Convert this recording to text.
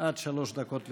עד שלוש דקות לרשותך.